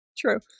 true